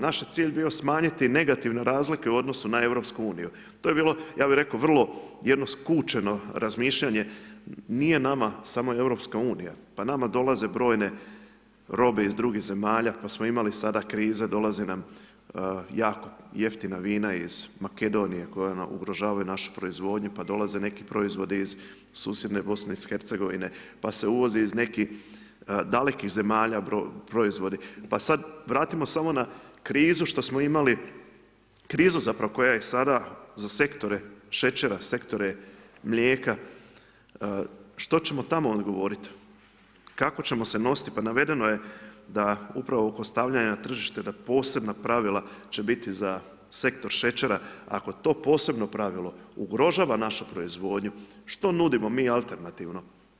Naš je cilj bio smanjiti negativne razlike u odnosu na EU, to je bilo, ja bi rekao, vrlo jedno skučeno razmišljanje, nije nama samo EU, pa nama dolaze brojene robe iz drugih zemalja, pa smo imali sada krize, dolaze nam jako jeftina vina iz Makedonije, koje nam ugrožavaju našu proizvodnju, pa dolaze neki proizvodi iz susjedne BIH, pa se uvozi iz nekih dalekih zemalja, proizvodi, pa sada vratimo samo na krizu što smo imali, krizu zapravo koja je sada za sektore šećera, sektore mlijeka, što ćemo tamo odgovoriti, kako ćemo se nositi, pa navedeno je da upravo kod stavljanja na tržište da posebna pravila će biti sa sektor šećera, ako to posebno pravilo ugrožava našu proizvodnju što nudimo mi alternativno?